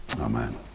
Amen